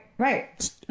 right